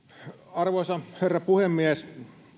arvoisa herra puhemies